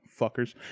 Fuckers